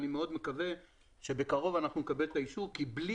אני מאוד מקווה שבקרוב נקבל את האישור כי בלי